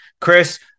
Chris